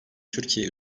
türkiye